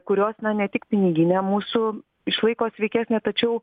kurios na tik piniginę mūsų išlaiko sveikesnę tačiau